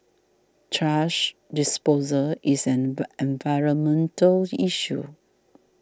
thrash disposal is an environmental issue